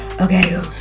Okay